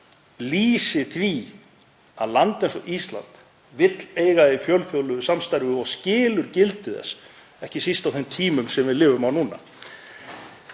lýsi því að land eins og Ísland vill eiga í fjölþjóðlegu samstarfi og skilur gildi þess, ekki síst á þeim tímum sem við lifum núna.